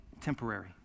temporary